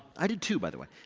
i did too, by the way.